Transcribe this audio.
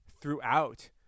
throughout